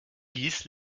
dies